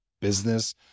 business